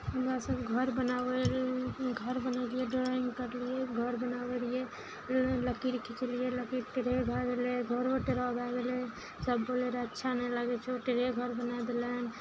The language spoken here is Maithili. हमरासब घर बनाबय घर बनेलियै ड्रॉइंग करलियै घर बनाबय रहियइ लकीर खीचलियै लकीर टेढ़े भए गेलय घरो टेढ़ा भए गेलय सब बोलय रहय अच्छा नहि लागय छै टेढ़े घर बना देलनि